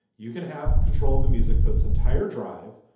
you can have control of the music for this entire drive.